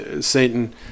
Satan